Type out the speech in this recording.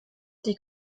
die